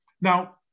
Now